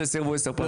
אלא סירבו עשר פעמים,